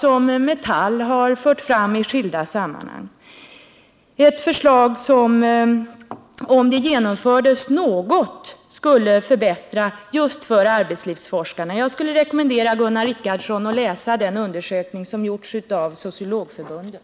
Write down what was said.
Även Metall har i skilda sammanhang fört fram det. Förslaget skulle, om det genomfördes, något förbättra situationen för just arbetslivsforskarna. Jag rekommenderar Gunnar Richardson att läsa den undersökning som har gjorts av Sociologförbundet.